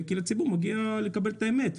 כי לציבור מגיע לקבל את האמת,